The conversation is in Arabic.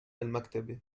المكتب